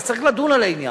אז צריך לדון על העניין.